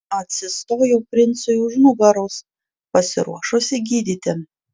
atsistojau princui už nugaros pasiruošusi gydyti